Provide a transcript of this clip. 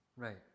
right